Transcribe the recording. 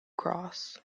cross